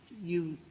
you